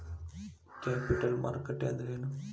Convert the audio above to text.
Capital ಮಾರುಕಟ್ಟಿ ಅಂದ್ರೇನ?